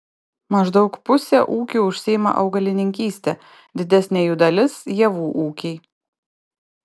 maždaug pusė ūkių užsiima augalininkyste didesnė jų dalis javų ūkiai